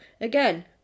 again